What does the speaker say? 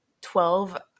twelve